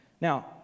Now